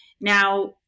Now